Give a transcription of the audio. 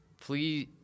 Please